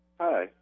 Hi